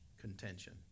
Contention